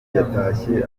yatashye